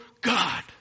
God